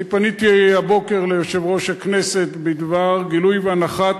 אני פניתי הבוקר ליושב-ראש הכנסת בדבר גילוי והנחת